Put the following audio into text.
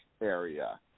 area